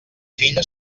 filla